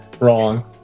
Wrong